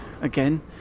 again